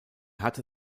hatte